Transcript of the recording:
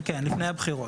כן, לפני הבחירות.